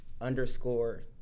underscore